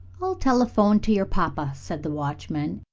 i'll telephone to your papa, said the watchman,